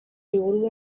liburu